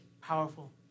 powerful